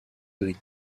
gris